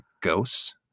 ghosts